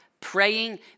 praying